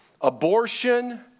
abortion